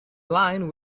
line